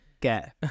get